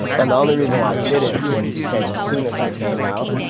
and the only reason why i didn't, was because as soon as i came out,